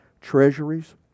treasuries